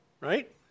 right